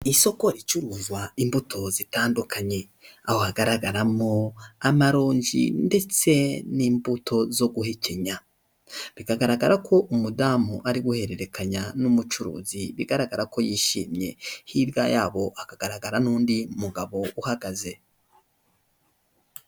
Isoko ricuruza imbuto zitandukanye, aho hagaragaramo amarongi ndetse n'imbuto zo guhekenya, bikagaragara ko umudamu ari guhererekanya n'umucuruzi bigaragara ko yishimye, hirya yabo hakagaragara n'undi mugabo uhagaze.